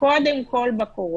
קודם כול בקורונה.